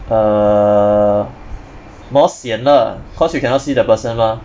err more sian ah cause you cannot see the person mah